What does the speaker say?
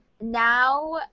now